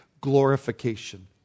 glorification